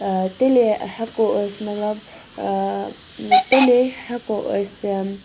تیٚلے ہٮ۪کو أسۍ مطلب تیٚلے ہٮ۪کو أسۍ